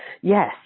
Yes